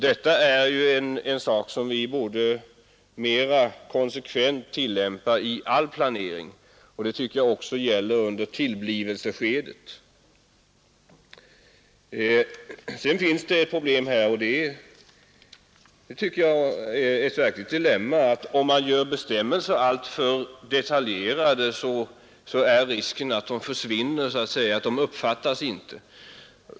Detta är en sak som vi borde mera konsekvent tillämpa i all planering, och det tycker jag också gäller under tillblivelseskedet. Ett verkligt dilemma är, att om man gör bestämmelser alltför detaljerade riskerar man att de försvinner så att säga, att de inte uppfattas.